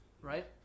Right